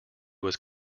was